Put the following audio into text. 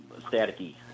staticky